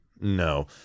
No